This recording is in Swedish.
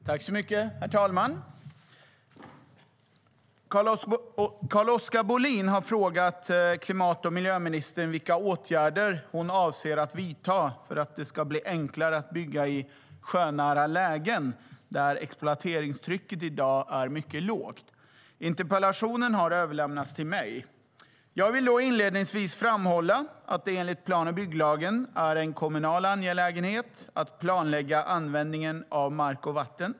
Herr talman! Carl-Oskar Bohlin har frågat klimat och miljöministern vilka åtgärder hon avser att vidta för att det ska bli enklare att bygga i sjönära lägen där exploateringstrycket i dag är mycket lågt. Interpellationen har överlämnats till mig. Jag vill inledningsvis framhålla att det enligt plan och bygglagen är en kommunal angelägenhet att planlägga användningen av mark och vatten.